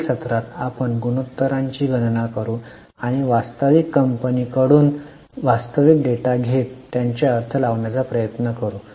पुढील सत्रात आपण गुणोत्तरांची गणना करू आणि वास्तविक कंपनीकडून वास्तविक डेटा घेत त्यांचे अर्थ लावण्याचा प्रयत्न करू